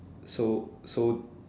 so so